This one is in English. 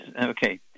Okay